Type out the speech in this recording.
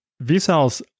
V-cells